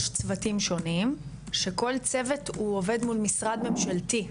יש צוותים שונים שכל צוות הוא עובד מול משרד ממשלתי,